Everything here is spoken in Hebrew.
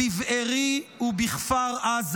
בבארי ובכפר עזה.